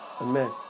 Amen